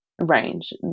range